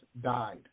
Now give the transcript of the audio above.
died